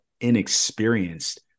inexperienced